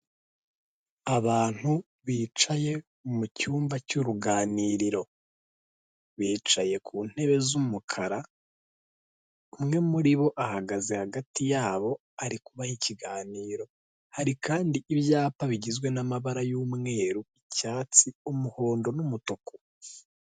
Abantu bicaye mu cyumba cy'uruganiriro, bicaye ku ntebe z'umukara, umwe muri bo ahagaze hagati yabo ari kubaha ikiganiro, hari kandi ibyapa bigizwe n'amabara y'umweru icyatsi, umuhondo n'umutuku.